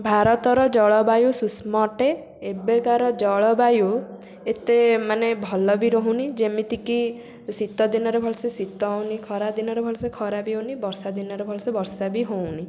ଭାରତର ଜଳବାୟୁ ଶୁୁଷ୍କ ଅଟେ ଏବେକାର ଜଳବାୟୁ ଏତେ ମାନେ ଭଲ ବି ରହୁନି ଯେମିତି କି ଶୀତ ଦିନରେ ଭଲସେ ଶୀତ ହେଉନି ଖରାଦିନରେ ଭଲସେ ଖରା ବି ହେଉନି ବର୍ଷା ଦିନରେ ଭଲସେ ବର୍ଷା ବି ହେଉନି